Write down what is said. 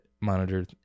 monitor